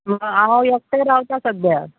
हांव एकटें रावता सद्या